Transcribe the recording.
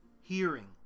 hearing